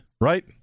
right